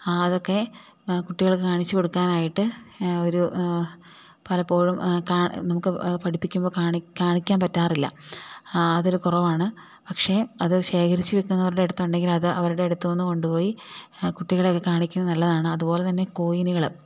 അതൊക്കെ കുട്ടികൾക്ക് കാണിച്ചു കൊടുക്കാനായിട്ട് ഒരു പലപ്പോഴും നമുക്ക് പഠിപ്പിക്കുമ്പോൾ കാണിക്കാൻ പറ്റാറില്ല അതൊരു കുറവാണ് പക്ഷെ അത് ശേഖരിച്ചു വയ്ക്കുന്നവരുടെ അടുത്താണെങ്കിൽ അത് അവരുടെ അടുത്തൊന്ന് കൊണ്ടു പോയി അത് കുട്ടികളെയൊക്കെ കാണിക്കുന്നത് നല്ലതാണ് അതുപോലെ തന്നെ കോയിനുകൾ